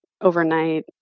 overnight